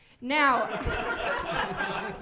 Now